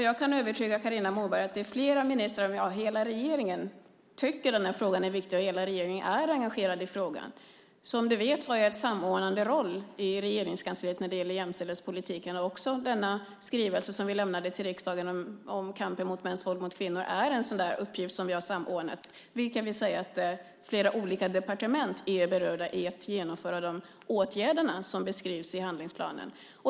Jag kan försäkra Carina Hägg att flera ministrar, ja hela regeringen, tycker att frågan är viktig, och alla är också engagerade i den. Som du vet har jag en samordnande roll i Regeringskansliet när de gäller jämställdhetspolitiken, och den skrivelse som vi lämnade till riksdagen om kampen mot mäns våld mot kvinnor är just en sådan sak som jag samordnat. Det betyder att flera olika departement berörs vad gäller genomförandet av de åtgärder som beskrivs i handlingsplanen.